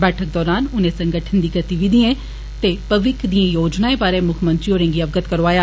बैठक दौरान उने संगठन दी गतिविधिए दे भविक्ख दिए योजनाए बारै मुक्खमंत्री होरें गी अवगत करौआया